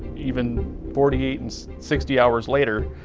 even forty eight and sixty hours later,